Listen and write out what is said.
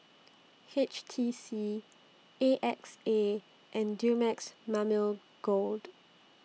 H T C A X A and Dumex Mamil Gold